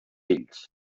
fills